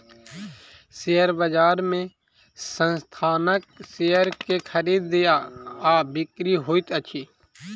share बजार में संस्थानक शेयर के खरीद आ बिक्री होइत अछि